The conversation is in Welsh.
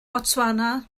botswana